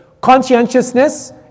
Conscientiousness